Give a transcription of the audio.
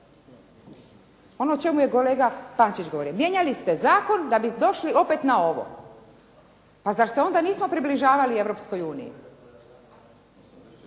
Ono o čemu je kolega Pančić govorio, mijenjali ste zakon da bi došli opet na ovo. Pa zar se onda nismo približavali Europskoj uniji.